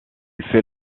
fait